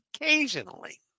occasionally